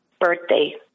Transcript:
birthday